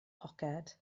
poced